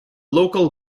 local